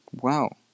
Wow